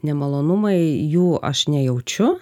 nemalonumai jų aš nejaučiu